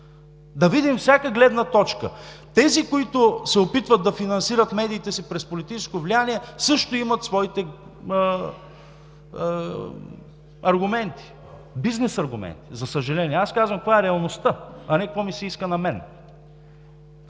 да видим всяка гледна точка! Тези, които се опитват да финансират медиите си през политическо влияние, също имат своите аргументи – бизнес аргументи, за съжаление. Аз казвам каква е реалността, а не какво ми се иска на мен.